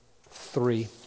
three